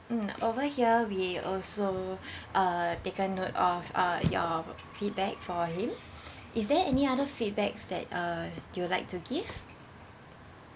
mm over here we also uh taken note of uh your feedback for him is there any other feedbacks that uh you would like to give